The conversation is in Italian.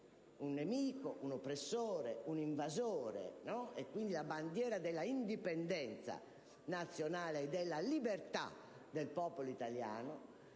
un nemico, un oppressore, un invasore - e quindi, la bandiera dell'indipendenza nazionale e della libertà del popolo italiano